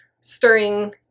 stirring